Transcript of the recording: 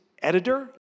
editor